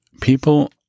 people